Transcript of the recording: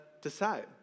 decide